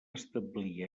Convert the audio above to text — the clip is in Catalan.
establir